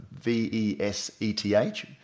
V-E-S-E-T-H